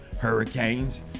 hurricanes